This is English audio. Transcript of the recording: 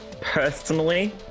personally